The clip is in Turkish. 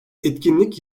etkinlik